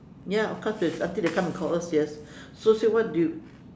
ya of course it's until they come and call us yes so I say what do you